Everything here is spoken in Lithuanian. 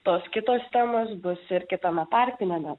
tos kitos temos bus ir kitame tarpiniame